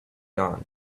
dawn